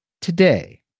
today